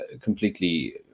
completely